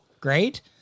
great